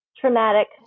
traumatic